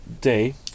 day